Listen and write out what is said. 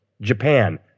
Japan